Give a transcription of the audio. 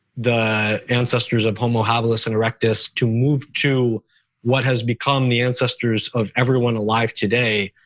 the ancestors of homo habilis and erectus to move to what has become the ancestors of everyone alive today,